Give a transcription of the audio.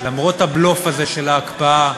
למרות הבלוף הזה של ההקפאה,